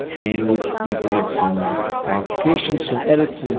and we've we've made some modifications, some edits, and